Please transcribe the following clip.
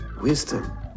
Wisdom